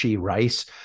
Rice